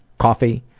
coffee,